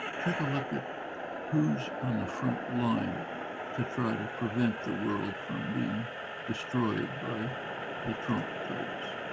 take a look at who's on the front line to try to prevent the world from being destroyed by the trump types.